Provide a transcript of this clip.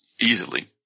easily